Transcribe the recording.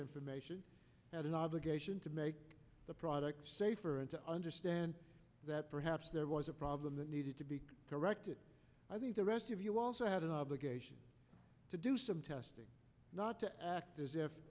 information had an obligation to make the product safer and to understand that perhaps there was a problem that needed to be corrected i think the rest of you also had an obligation to do some testing not to act as if